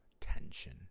tension